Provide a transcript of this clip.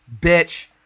bitch